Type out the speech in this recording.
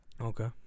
Okay